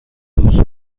دوست